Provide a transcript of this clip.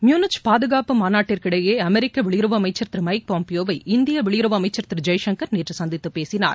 Munich பாதுகாப்பு மாநாட்டிற்கு இடையேஅமெரிக்கவெளியுறவு அமைச்சர் திருமைக் பாம்பியோவை இந்தியவெளியுறவு அமைச்சர் திருஜெய்சங்கர் நேற்றுசந்தித்துபேசினார்